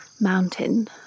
mountain